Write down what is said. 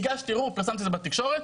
הגשתי ערעור, פרסמתי את זה בתקשורת,